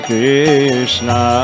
Krishna